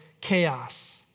chaos